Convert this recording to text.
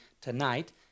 tonight